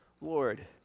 Lord